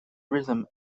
rhythm